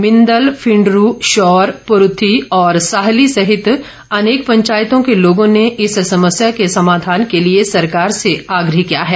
मिंदल फिंडरू शौर पुरूथी और साहली सहित अनेक पंचायतों के लोगों ने इस समस्या के समाधान के लिए सरकार से आग्रह किया है